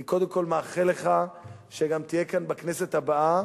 אני קודם כול מאחל לך שתהיה כאן גם בכנסת הבאה.